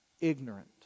ignorant